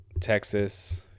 Texas